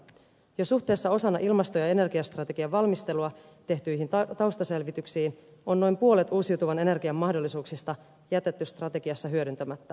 jo suhteessa osana ilmasto ja energiastrategian valmistelua tehtyihin taustaselvityksiin on noin puolet uusiutuvan energian mahdollisuuksista jätetty strategiassa hyödyntämättä